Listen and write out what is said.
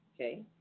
okay